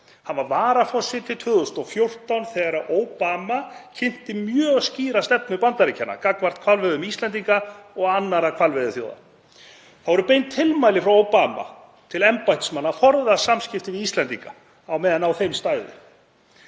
Hann var varaforseti 2014 þegar Obama kynnti mjög skýra stefnu Bandaríkjanna gagnvart hvalveiðum Íslendinga og annarra hvalveiðaþjóða. Það voru bein tilmæli frá Obama til embættismanna að forðast samskipti við Íslendinga á meðan á þeim stæði.